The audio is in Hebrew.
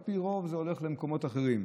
על פי רוב, זה הולך למקומות אחרים.